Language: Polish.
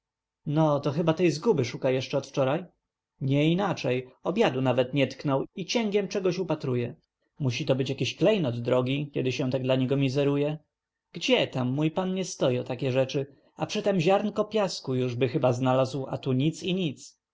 no to chyba tej zguby szuka jeszcze od wczoraj nieinaczej obiadu nawet nie tknął i cięgiem czegóś upatruje musi to być jakiś klejnot drogi kiedy się tak dla niego mizeruje gdzietaml mój pan nie stoi o takie rzeczy a przytem ziarnko piasku jużby chyba znalazł a tu nic i nic